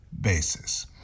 basis